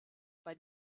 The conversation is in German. bei